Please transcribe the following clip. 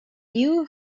you